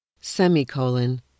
semicolon